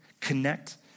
connect